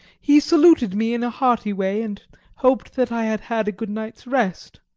he saluted me in a hearty way, and hoped that i had had a good night's rest.